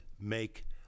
make